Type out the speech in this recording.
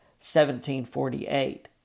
1748